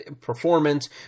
performance